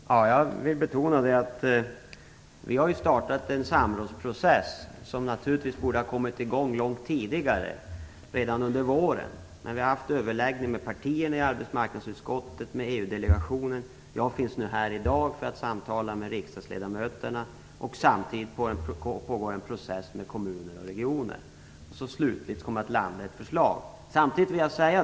Fru talman! Jag vill betona att vi har startat en samrådsprocess som naturligtvis borde ha kommit igång redan under våren. Vi har haft överläggningar med partierna i arbetsmarknadsutskottet och med EU delegationen. Jag finns här i dag för att samtala med riksdagsledamöterna och samtidigt pågår en process med kommuner och regioner. Detta kommer att leda till ett förslag.